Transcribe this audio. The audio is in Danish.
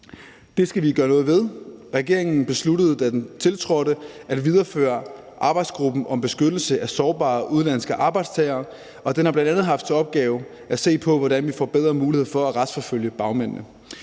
Det skal vi gøre noget ved. Regeringen besluttede, da den tiltrådte, at videreføre arbejdsgruppen om beskyttelse af sårbare udenlandske arbejdstagere, og den har bl.a. haft til opgave at se på, hvordan vi får bedre muligheder for at retsforfølge bagmændene.